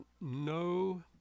no